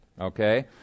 Okay